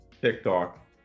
TikTok